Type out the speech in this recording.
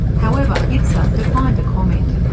however, itsa declined to comment.